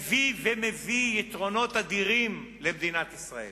הביא ומביא יתרונות אדירים למדינת ישראל